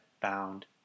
found